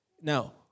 Now